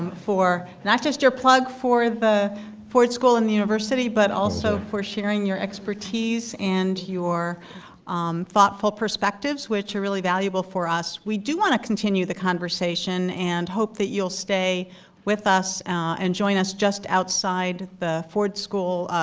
for not just your plug for the ford school and the university, but also for sharing your expertise and um thoughtful perspectives which are really valuable for us. we do want to continue the conversation and hope that you'll stay with us and join us just outside the ford school,